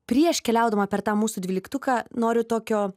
prieš keliaudama per tą mūsų dvyliktuką noriu tokio